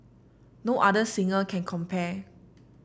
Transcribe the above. no other singer can compare